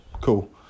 Cool